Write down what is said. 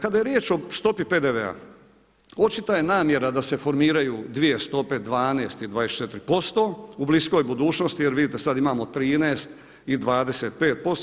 Kada je riječ o stopi PDV-a očita je namjera da se formiraju dvije stope 12 i 24% u bliskoj budućnosti jer vidite sad imamo 13 i 25%